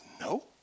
no